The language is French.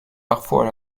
parfois